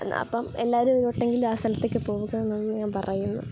അപ്പം എല്ലാവരും ഒരു വട്ടം എങ്കിലും ആ സ്ഥലത്തേക്ക് പോവുക എന്ന് ഞാൻ പറയുന്നു